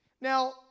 Now